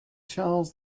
charles